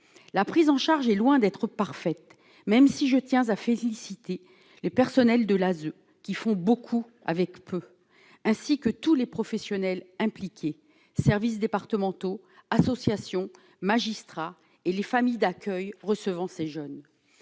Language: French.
la prise en charge est loin d'être parfaite, même si je tiens à féliciter les personnels de l'ASE qui font beaucoup avec peu, ainsi que tous les professionnels impliqués services départementaux association magistrats et les familles d'accueil recevant ces jeunes,